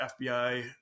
FBI